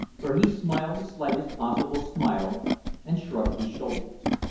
for he smiled the slightest possible smile and shrugged his shoulders.